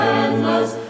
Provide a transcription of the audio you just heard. endless